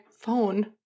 phone